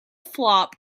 flop